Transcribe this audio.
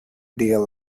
dear